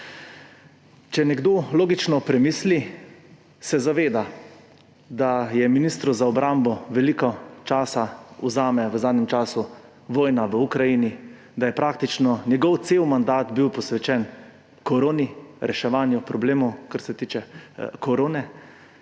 Če nekdo logično premisli, se zaveda, da ministru za obrambo veliko časa vzame v zadnjem času vojna v Ukrajini, da je bil praktično cel njegov mandat posvečen koroni, reševanju problemov, kar se tiče korone.